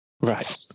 Right